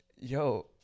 yo